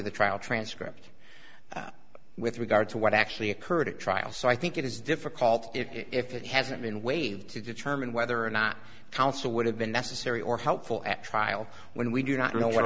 the trial transcript with regard to what actually occurred at trial so i think it is difficult if it hasn't been waived to determine whether or not counsel would have been necessary or helpful at trial when we do not know what